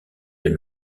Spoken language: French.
des